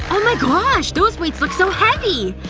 oh my gosh! those weights look so heavy!